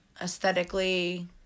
Aesthetically